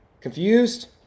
Confused